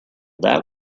that